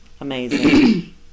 Amazing